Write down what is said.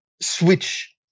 switch